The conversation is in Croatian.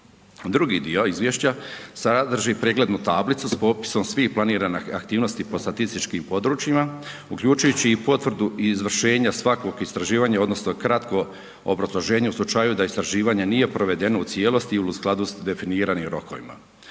Drugi dio izvješća sadrži preglednu tablicu s popisom svih planiranih aktivnosti po statističkim područjima uključujući i potvrdu izvršenja svakog istraživanja odnosno kratko obrazloženje u slučaju da istraživanje nije provedeno u cijelosti ili u skladu sa definiranim rokovima.